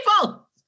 people